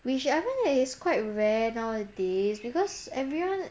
which I think it is quite rare nowadays because everyone